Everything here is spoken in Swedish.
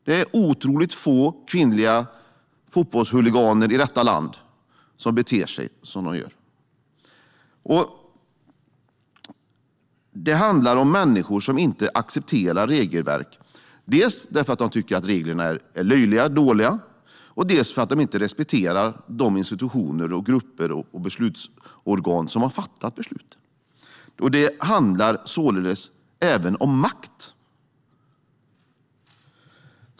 Det är otroligt få kvinnliga fotbollshuliganer i detta land som beter sig som de gör. Det handlar om människor som inte accepterar regelverk. Det är dels för att de tycker att reglerna är löjliga och dåliga, dels för att de inte respekterar de institutioner, grupper och beslutsorgan som har fattat besluten. Det handlar således även om makt.